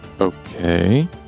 Okay